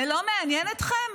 זה לא מעניין אתכם?